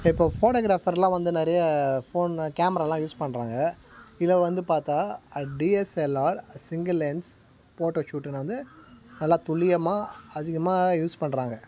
இப்போது ஃபோட்டோகிராஃபர்லாம் வந்து நிறைய ஃபோனு கேமராலாம் யூஸ் பண்ணுறாங்க இதில் வந்து பார்த்தா டிஎஸ்எல்ஆர் சிங்கில் லென்ஸ் போட்டோஷூட்டுனால் வந்து நல்லா துல்லியமாக அதிகமாக யூஸ் பண்ணுறாங்க